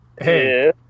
Hey